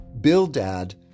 Bildad